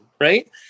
right